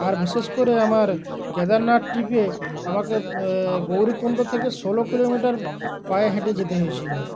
আর বিশেষ করে আমার কেদারনাথ ট্রিপে আমাকে গৌরীকুণ্ড থেকে ষোলো কিলোমিটার পায়ে হেঁটে যেতে হয়েছিলো